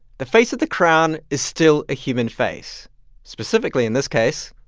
the face of the crown is still a human face specifically, in this case,